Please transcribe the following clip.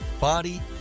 body